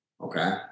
okay